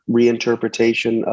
reinterpretation